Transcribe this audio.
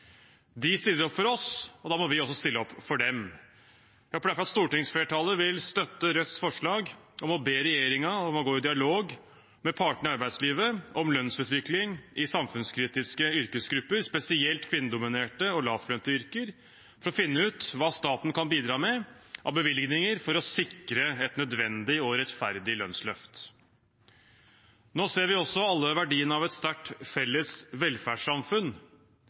De stiller opp for oss, og da må vi også stille opp for dem. Jeg håper derfor stortingsflertallet vil støtte Rødts forslag om å be regjeringen om å gå i dialog med partene i arbeidslivet om lønnsutvikling i samfunnskritiske yrkesgrupper, spesielt kvinnedominerte og lavtlønnede yrker, for å finne ut hva staten kan bidra med av bevilgninger for å sikre et nødvendig og rettferdig lønnsløft. Nå ser vi også alle verdien av et sterkt felles velferdssamfunn.